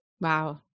Wow